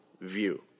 view